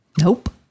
Nope